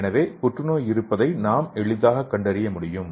எனவே புற்றுநோய் இருப்பதை நாம் எளிதாக கண்டறிய முடியும்